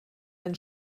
den